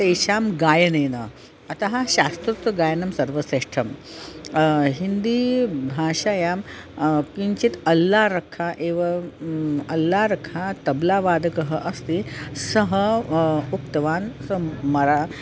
तेषां गायनेन अतः शास्त्रोक्तगायनं सर्वेश्रेष्ठं हिन्दीभाषायां किञ्चित् अल्लारक्खा एवम् अल्लारक्खा तबलावादकः अस्ति सः उक्तवान् सं मरा